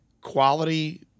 quality